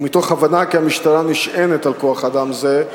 ומתוך הבנה כי המשטרה נשענת על כוח-אדם זה,